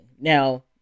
Now